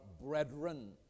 brethren